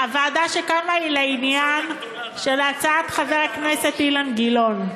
הוועדה שקמה היא לעניין של הצעת חבר הכנסת אילן גילאון.